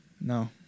no